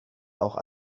auch